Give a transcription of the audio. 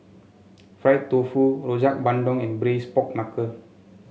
Fried Tofu Rojak Bandung and Braised Pork Knuckle